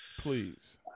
Please